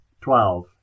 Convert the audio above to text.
twelve